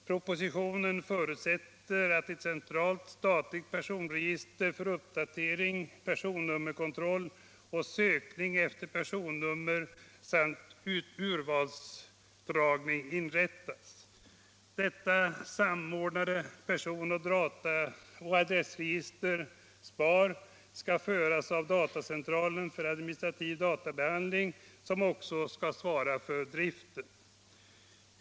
Propositionen förutsätter att ett centralt statligt personregister för uppdatering, personnummerkontroll och sökning efter personnummer samt urvalsdragning inrättas. Detta samordnade person och adressregister SPAR skall föras av datacentralen för administrativ databehandling som också skall svara för driften.